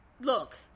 look